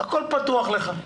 הכל פתוח לך.